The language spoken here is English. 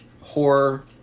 horror